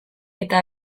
eta